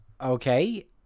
Okay